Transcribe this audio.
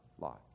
lots